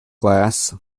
glass